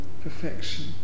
perfection